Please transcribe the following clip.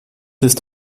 ist